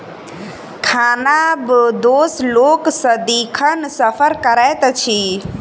खानाबदोश लोक सदिखन सफर करैत अछि